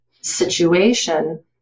situation